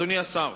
אדוני השר,